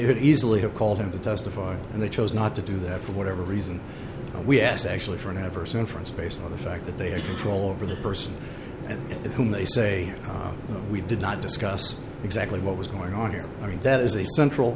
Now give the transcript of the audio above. could easily have called him to testify and they chose not to do that for whatever reason we asked actually for an adverse inference based on the fact that they are control over the person with whom they say we did not discuss exactly what was going on here i mean that is a central